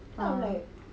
ah